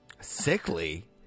sickly